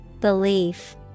Belief